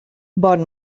bon